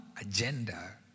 agenda